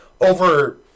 over